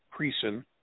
Creason